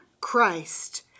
Christ